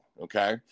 okay